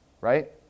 right